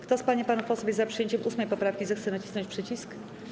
Kto z pań i panów posłów jest za przyjęciem 8. poprawki, zechce nacisnąć przycisk.